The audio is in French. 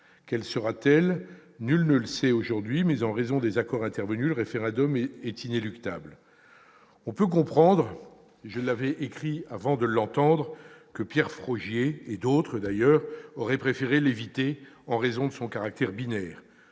Quelle sera-t-elle ? Nul à cet instant ne le sait, mais, en raison des accords intervenus, le référendum est inéluctable. On peut comprendre- je l'avais écrit avant de l'entendre -que Pierre Frogier et d'autres auraient préféré l'éviter, en raison de son caractère binaire.